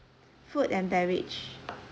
food and beverage